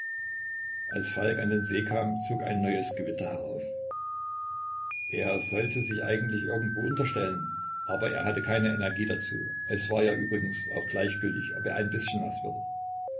als falk an den see kam zog ein neues gewitter herauf er sollte sich eigentlich irgendwo unterstellen aber er hatte keine energie dazu es war ja übrigens auch gleichgültig ob er ein bißchen naß würde